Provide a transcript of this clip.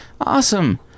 awesome